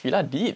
Fila did